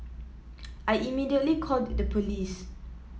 I immediately called the police